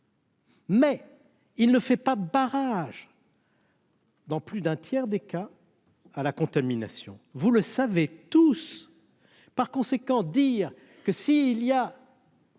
Mais il ne fait pas barrage. Dans plus d'un tiers des cas à la contamination, vous le savez tous par conséquent, dire que si il y a.